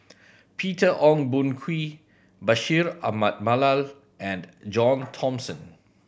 Peter Ong Boon Kwee Bashir Ahmad Mallal and John Thomson